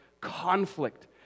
conflict